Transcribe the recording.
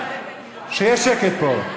שיהיה שקט פה.